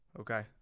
okay